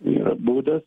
yra būdas